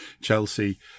Chelsea